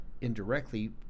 indirectly